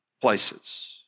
places